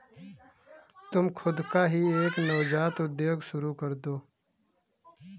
तुम खुद का ही एक नवजात उद्योग शुरू करदो